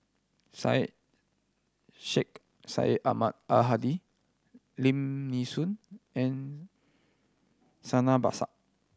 Syed Sheikh Syed Ahmad Al Hadi Lim Nee Soon and Santha Bhaskar